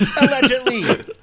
allegedly